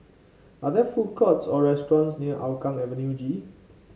are there food courts or restaurants near Hougang Avenue G